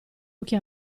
occhi